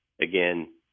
again